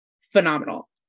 phenomenal